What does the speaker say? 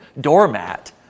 doormat